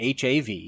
HAV